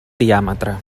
diàmetre